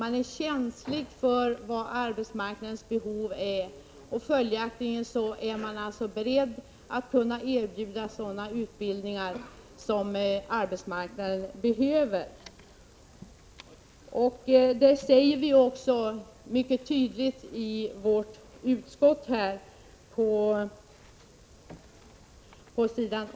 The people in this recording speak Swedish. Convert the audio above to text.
Man är känslig för arbetsmarknadens behov och är beredd att erbjuda sådana utbildningar som arbetsmarknaden behöver. Det säger utskottsmajoriteten också mycket tydligt på s. 8 i betänkandet.